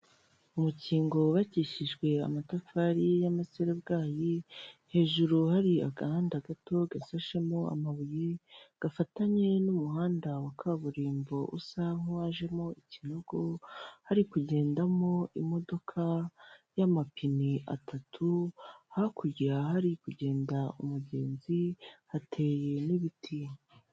Umukingo wubakishijwe amatafari y'amasarabwayi hejuru hari agahandada gato gasashemo amabuye gafatanye n'umuhanda wa kaburimbo usa nk'uwajemo ikinogo, hari kugendamo imodoka y'amapine atatu, hakurya hari kugenda umugenzi hateye n'ibiti.